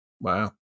Wow